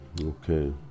Okay